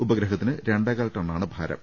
ഉപഗ്രഹത്തിന് രണ്ടേകാൽ ടണ്ണാണ് ഭാരം